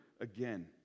again